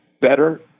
better